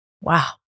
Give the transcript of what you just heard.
Wow